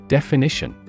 Definition